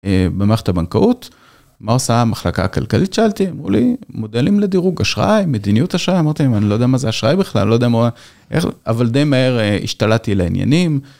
במערכת הבנקאות, מה עושה המחלקה הכלכלית? שאלתי, אמרו לי, מודלים לדירוג אשראי, מדיניות אשראי, אמרתי, אני לא יודע מה זה אשראי בכלל, אני לא יודע מה, אבל די מהר השתלטתי על העניינים.